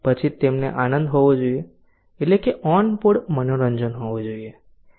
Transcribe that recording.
પછી તેમને આનંદ હોવો જોઈએ એટલે કે ઓન બોર્ડ મનોરંજન હોવું જોઈએ